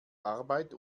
arbeit